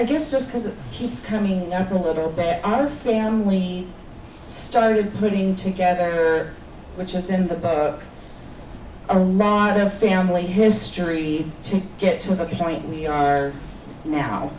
and just so because it keeps coming up a little bit our family started putting together which is in the book a lot of family history to get to the point we are now